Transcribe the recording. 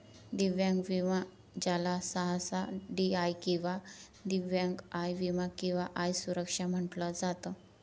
दिव्यांग विमा ज्याला सहसा डी.आय किंवा दिव्यांग आय विमा किंवा आय सुरक्षा म्हटलं जात